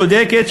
צודקת,